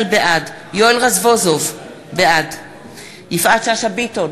בעד יואל רזבוזוב, בעד יפעת שאשא ביטון,